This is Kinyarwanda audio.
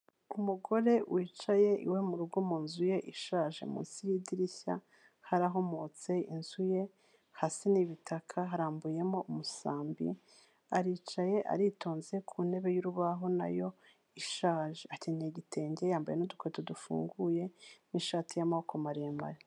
Umugore wicaye iwe mu rugo mu nzu ye ishaje, munsi y'idirishya harahomotse, inzu ye hasi n'ibitaka, harambuyemo umusambi, aricaye, aritonze, ku ntebe y'urubaho na yo ishaje, akenyeye igitenge, yambaye n'udukweto dufunguye n'ishati y'amaboko maremare.